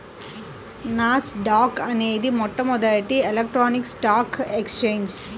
నాస్ dock అనేది మొట్టమొదటి electronic stock exchange